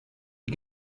die